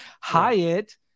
Hyatt